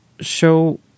show